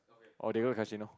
oh they roll the casino